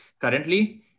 currently